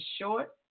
short